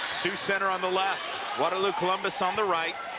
sioux center on theleft, guadalupe columbus on theright.